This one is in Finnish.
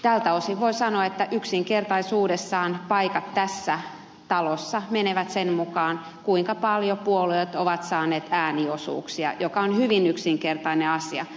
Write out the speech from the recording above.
tältä osin voi sanoa että yksinkertaisuudessaan paikat tässä talossa menevät sen mukaan kuinka paljon puolueet ovat saaneet ääniosuuksia mikä on hyvin yksinkertainen asia